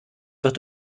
wird